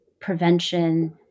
prevention